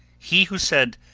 he who said,